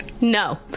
No